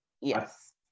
Yes